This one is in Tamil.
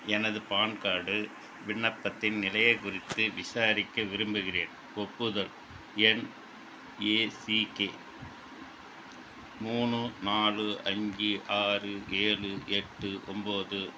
எனது பான் கார்டு விண்ணப்பத்தின் நிலையை குறித்து விசாரிக்க விரும்புகிறேன் ஒப்புதல் எண் ஏ சி கே மூணு நாலு அஞ்சு ஆறு ஏழு எட்டு ஒம்போது